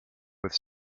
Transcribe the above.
with